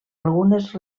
algunes